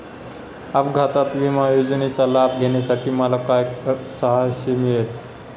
अपघात विमा योजनेचा लाभ घेण्यासाठी मला काय सहाय्य मिळेल?